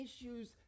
issues